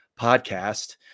podcast